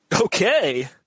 Okay